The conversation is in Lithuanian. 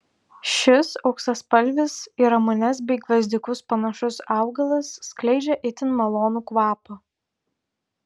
šis auksaspalvis į ramunes bei gvazdikus panašus augalas skleidžia itin malonų kvapą